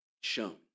shown